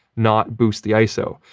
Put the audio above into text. not boost the iso.